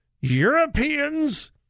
Europeans